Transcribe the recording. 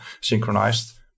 synchronized